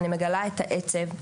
אני מגלה את העצב,